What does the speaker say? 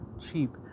cheap